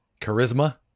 Charisma